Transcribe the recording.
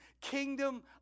kingdom